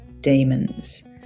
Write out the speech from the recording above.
demons